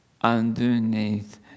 underneath